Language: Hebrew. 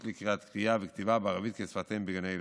לקראת קריאה וכתיבה בערבית כשפת אם בגני ילדים".